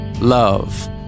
love